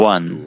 One